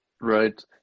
Right